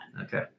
Okay